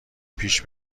پیش